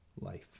life